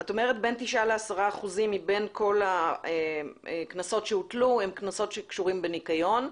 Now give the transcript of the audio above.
את אומרת בין 9% ל-10% מבין כל הקנסות שהוטלו הם קנסות שקשורים בניקיון.